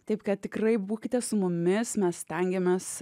taip kad tikrai būkite su mumis mes stengiamės